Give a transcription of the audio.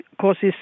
causes